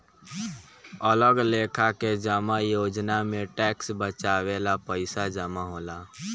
अलग लेखा के जमा योजना में टैक्स बचावे ला पईसा जमा होला